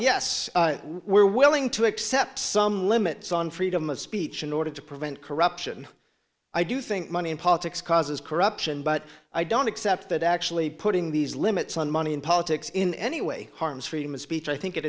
yes we're willing to accept some limits on freedom of speech in order to prevent corruption i do think money in politics causes corruption but i don't accept that actually putting these limits on money in politics in any way harms freedom of speech i think it